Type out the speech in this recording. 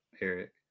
Eric